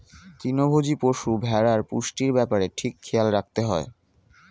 তৃণভোজী পশু, ভেড়ার পুষ্টির ব্যাপারে ঠিক খেয়াল রাখতে হয়